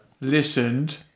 Listened